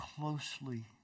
closely